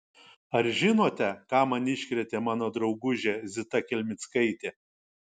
ar žinote ką man iškrėtė mano draugužė zita kelmickaitė